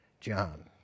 John